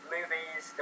Movies